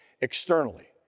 externally